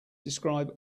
describe